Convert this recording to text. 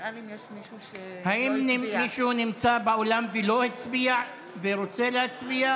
האם מישהו נמצא באולם ולא הצביע ורוצה להצביע?